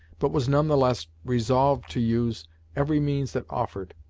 but was none the less resolved to use every means that offered,